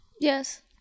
yes